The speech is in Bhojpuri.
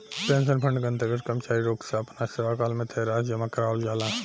पेंशन फंड के अंतर्गत कर्मचारी लोग से आपना सेवाकाल में तय राशि जामा करावल जाला